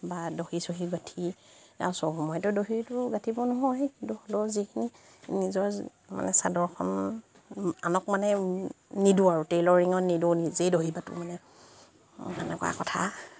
বা দহি চহি গাঁঠি আৰু সব সময়তো দহিটো গাঁঠিব নহয় কিন্তু হ'লেও যিখিনি নিজৰ মানে চাদৰখন আনক মানে নিদিওঁ আৰু টেইলৰিঙত নিদিওঁ নিজেই দহি বাটোঁ মানে এনেকুৱা কথা